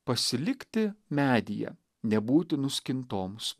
pasilikti medyje nebūti nuskintoms